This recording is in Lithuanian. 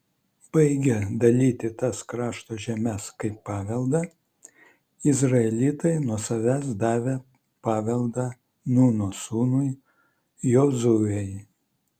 baigę dalyti tas krašto žemes kaip paveldą izraelitai nuo savęs davė paveldą nūno sūnui jozuei